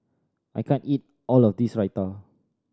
I can't eat all of this Raita